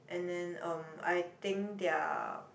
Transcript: and then um I think their